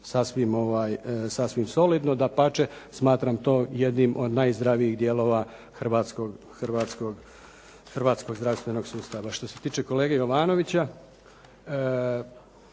sasvim solidno. Dapače, smatram to jednim od najzdravijih dijelova hrvatskog zdravstvenog sustava. Što se tiče kolege Jovanovića